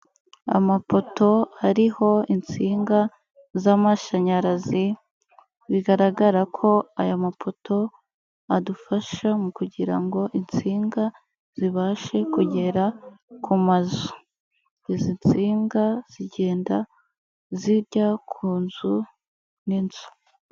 Amapoto ariho insinga z'amashanyarazi, bigaragara ko aya mapoto adufasha mu kugira ngo insinga zibashe kugera ku mazu. Izi nsinga zigenda zijya ku nzu n'inzu.